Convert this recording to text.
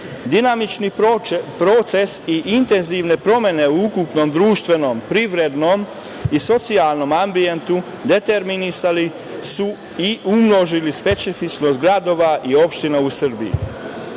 proces i intenzivne promene u ukupnom društvenom privrednom i socijalnom ambijentu determinisali su i umnožili specifičnost gradova i opština u Srbije